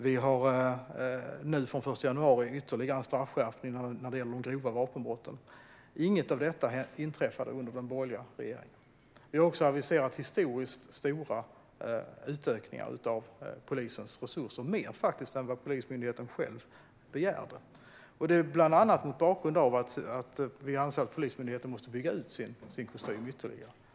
Vi har nu från den 1 januari ytterligare en straffskärpning för de grova vapenbrotten. Inget av detta inträffade under den borgerliga regeringen. Vi har också aviserat historiskt stora utökningar av polisens resurser, faktiskt mer än vad Polismyndigheten själv begärde. Detta har vi gjort bland annat mot bakgrund av att vi anser att Polismyndigheten måste utöka sin kostym ytterligare.